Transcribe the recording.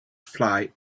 flight